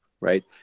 right